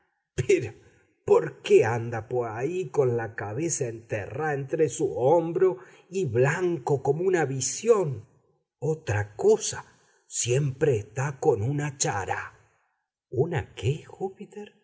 pero por qué anda poahí con la cabeza enterrá entre sus hombros y blanco como una visión otra cosa siempre etá con una chará una qué júpiter